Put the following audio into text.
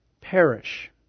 perish